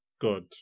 God